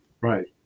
Right